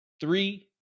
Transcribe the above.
three